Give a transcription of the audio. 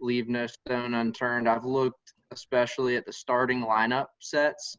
leave no stone unturned i've looked, especially at the starting lineup sets